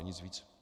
Nic víc.